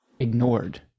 ignored